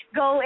go